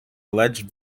alleged